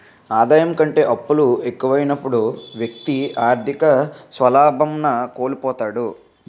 ఆదాయం కంటే అప్పులు ఎక్కువైనప్పుడు వ్యక్తి ఆర్థిక స్వావలంబన కోల్పోతాడు